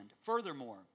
Furthermore